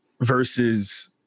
versus